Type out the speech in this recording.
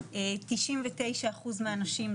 אני רוצה להיות גם הוגנת עם כולם,